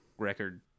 record